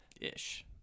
Ish